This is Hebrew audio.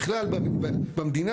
בכלל במדינה,